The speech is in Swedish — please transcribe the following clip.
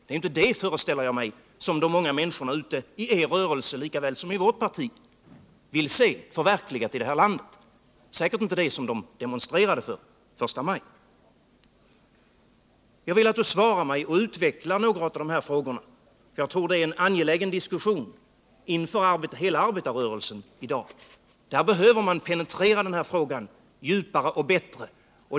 Det är inte der, föreställer jag mig, som de många människorna ute i er rörelse, lika litet som i vårt parti, vill se förverkligat i det här landet. Det var säkert inte det som de demonstrerade för första maj. Jag vill att du svarar mig och utvecklar några av de här frågorna, Kjell-Olof Feldt. Jag tror det är en angelägen diskussion inför hela arbetarrörelsen i dag. Där behöver man penetrera den här frågan djupare och bättre.